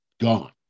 gone